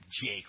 Jake